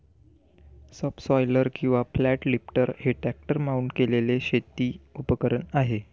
subsoiler किंवा flat lifter हे tractor mount केलेले शेती उपकरण आहे